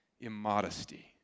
immodesty